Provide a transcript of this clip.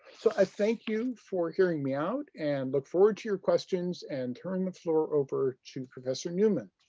so i thank you for hearing me out and look forward to your questions and turn the floor over to professor neuman.